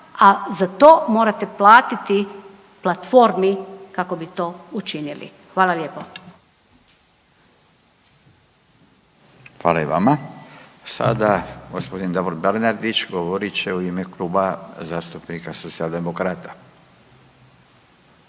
a za to morate platiti platformi kako bi to učinili. Hvala lijepo. **Radin, Furio (Nezavisni)** Hvala i vama. Sada g. Davor Bernardić govorit će u ime Kluba zastupnika Socijaldemokrata.